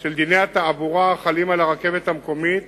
של דיני התעבורה החלים על הרכבת המקומית